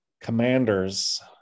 Commanders